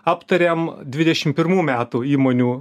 aptarėm dvidešim pirmų metų įmonių